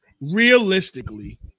realistically